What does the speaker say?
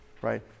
right